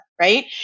Right